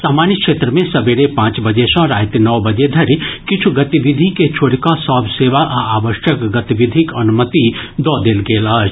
समान्य क्षेत्र मे सबेरे पांच बजे सँ राति नओ बजे धरि किछु गतिविधि के छोड़ि कऽ सभ सेवा आ आवश्यक गतिविधिक अनुमति दऽ देल गेल अछि